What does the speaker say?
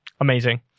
Amazing